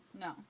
No